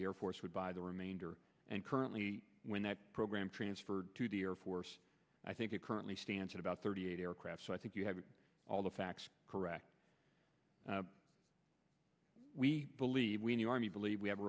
the air force would buy the remainder and currently when that program transferred to the air force i think it currently stands at about thirty eight aircraft so i think you have all the facts correct we believe we new army believe we have a